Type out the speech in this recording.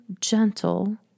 gentle